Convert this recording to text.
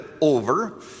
over